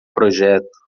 projeto